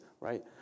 right